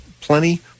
plenty